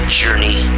journey